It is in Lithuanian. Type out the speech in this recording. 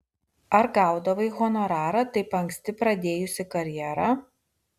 ar gaudavai honorarą taip anksti pradėjusi karjerą